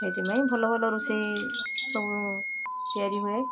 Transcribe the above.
ସେଇଥିପାଇଁ ଭଲ ଭଲ ରୋଷେଇ ସବୁ ତିଆରି ହୁଏ